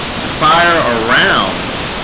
to fire around